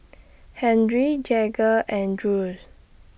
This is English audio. Henry Jagger and Jules